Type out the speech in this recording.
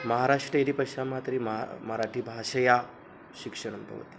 महाराष्ट्रे यदि पश्यामः तर्हि मा मराठिभाषया शिक्षणं भवति